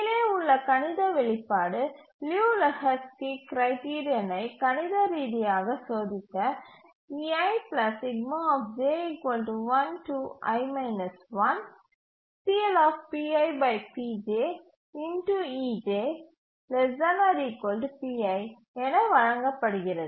கீழே உள்ள கணித வெளிப்பாடு லியு லெஹோஸ்கி கிரைடிரியனை கணித ரீதியாக சோதிக்க என வழங்கப்படுகிறது